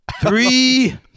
Three